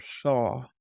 saw